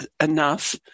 enough